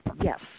yes